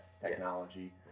Technology